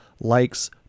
likes